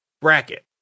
bracket